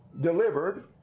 delivered